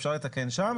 אפשר לתקן שם,